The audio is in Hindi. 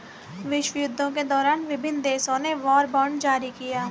विश्वयुद्धों के दौरान विभिन्न देशों ने वॉर बॉन्ड जारी किया